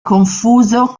confuso